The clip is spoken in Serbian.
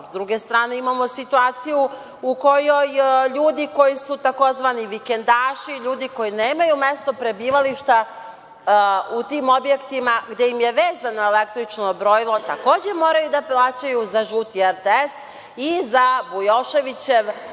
druge strane imamo situaciju u kojoj ljudi koji su tzv. vikendaši, ljudi koji nemaju mesto prebivališta u tim objektima, gde im je vezano električno brojilo takođe moraju da plaćaju za žuti RTS i za Vujoševićev